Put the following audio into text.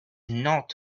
not